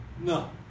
No